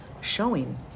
showing